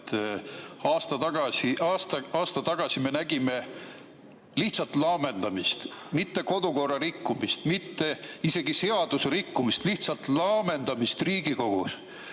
Aasta tagasi me nägime lihtsalt laamendamist, mitte kodukorra rikkumist, mitte isegi seaduse rikkumist, lihtsalt laamendamist Riigikogus,